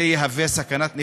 זה יהווה סכנת נפשות,